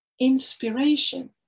inspiration